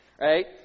Right